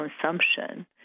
consumption